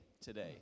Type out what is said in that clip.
today